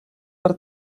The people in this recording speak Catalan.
per